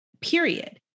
period